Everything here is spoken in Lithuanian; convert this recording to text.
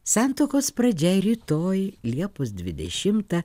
santuokos pradžia rytoj liepos dvidešimtą